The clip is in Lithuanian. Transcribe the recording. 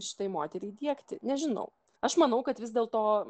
šitai moteriai diegti nežinau aš manau kad vis dėlto